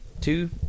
two